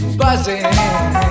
buzzing